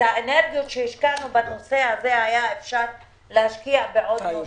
את האנרגיות שהשקענו בנושא הזה היה אפשר להשקיע בעוד נושאים.